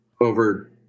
over